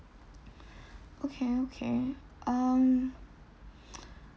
okay okay um